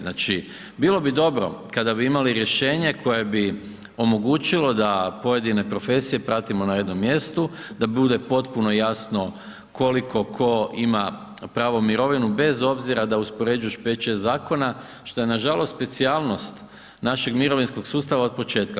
Znači, bilo bi dobro kada bi imali rješenje koje bi omogućilo da pojedine profesije pratimo na jednom mjestu, da bude potpuno jasno koliko ko ima pravo mirovinu bez obzira da uspoređuješ 5-6 zakona, što je nažalost specijalnost našeg mirovinskog sustava od početka.